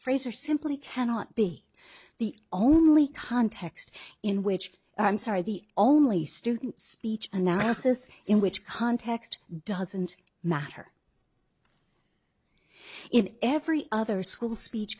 fraser simply cannot be the only context in which i'm sorry the only student speech analysis in which context doesn't matter in every other school speech